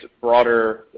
broader